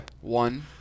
One